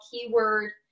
keyword